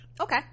Okay